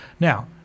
Now